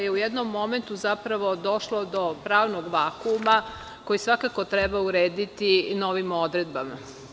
U jednom momentu je došlo do pravnog vakuma, koji svakako treba urediti novim odredbama.